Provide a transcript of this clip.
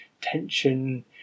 tension